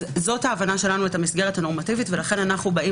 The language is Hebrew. זו ההבנה שלנו את המסגרת הנורמטיבית ולכן אנו באים